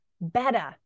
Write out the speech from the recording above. better